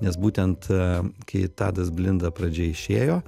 nes būtent kai tadas blinda pradžia išėjo